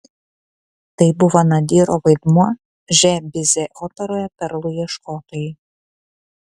tai buvo nadyro vaidmuo ž bize operoje perlų ieškotojai